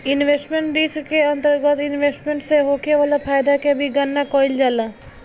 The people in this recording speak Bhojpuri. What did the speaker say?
इन्वेस्टमेंट रिस्क के अंतरगत इन्वेस्टमेंट से होखे वाला फायदा के भी गनना कईल जाला